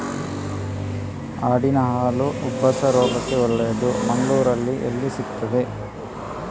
ಆಡಿನ ಹಾಲು ಉಬ್ಬಸ ರೋಗಕ್ಕೆ ಒಳ್ಳೆದು, ಮಂಗಳ್ಳೂರಲ್ಲಿ ಎಲ್ಲಿ ಸಿಕ್ತಾದೆ?